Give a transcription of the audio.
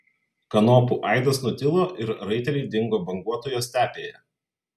kanopų aidas nutilo ir raiteliai dingo banguotoje stepėje